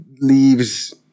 leaves